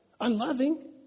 Unloving